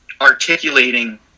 articulating